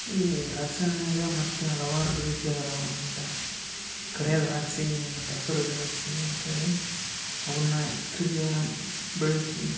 ಈ ದ್ರಾಕ್ಷಿ ಹಣ್ಯಾಗ ಮತ್ತು ಹಲವಾರು ರೀತಿಯಾಗಿ ಅದಾವ ಈಗ ಕರಿ ದ್ರಾಕ್ಷಿ ಮತ್ತು ಹಸಿರು ದ್ರಾಕ್ಷಿ ಅಂತ್ಹೇಳಿ ಅವನ್ನ ಬೆಳಿತೀವಿ